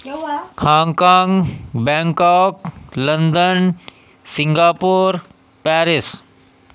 Hong Kong Bangkok London Singapore Paris